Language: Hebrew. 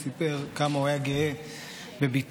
סיפר כמה הוא היה גאה בבתו,